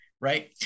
right